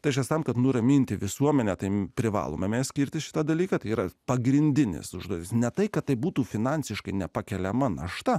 tačiau tam kad nuraminti visuomenę tai privaloma skirti šitą dalyką tai yra pagrindinis užduotis ne tai kad tai būtų finansiškai nepakeliama našta